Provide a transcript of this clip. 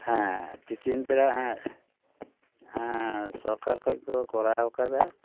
ᱦᱮᱸ ᱛᱤᱠᱤᱱ ᱵᱮᱲᱟ ᱦᱮᱸ ᱥᱚᱨᱠᱟᱨ ᱠᱷᱚᱡ ᱠᱚ ᱠᱚᱨᱟᱣ ᱟᱠᱟᱫᱟ